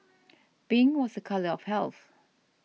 pink was a colour of health